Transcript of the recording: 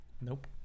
Nope